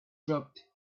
dropped